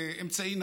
זה אמצעי נכון.